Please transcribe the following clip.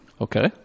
Okay